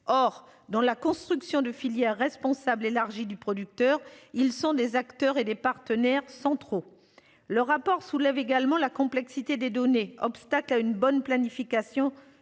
Or, dans la construction de filières responsable élargie du producteur, ils sont des acteurs et des partenaires sans trop le rapport soulève également la complexité des données obstacle à une bonne planification